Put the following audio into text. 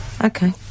Okay